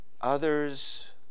others